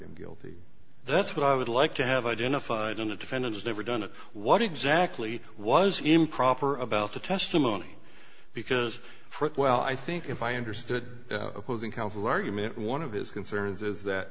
him guilty that's what i would like to have identified and a defendant has never done it what exactly was improper about the testimony because frank well i think if i understood who was in counsel argument one of his concerns is that